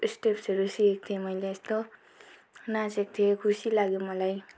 स्टेप्सहरू सिकेको थिएँ मैले यस्तो नाचेको थिएँ खुसी लाग्यो मलाई